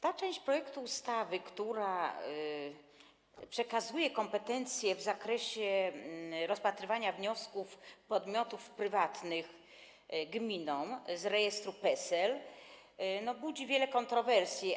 Ta część projektu ustawy, która przekazuje gminom kompetencje w zakresie rozpatrywania wniosków podmiotów prywatnych odnośnie do rejestru PESEL, budzi wiele kontrowersji.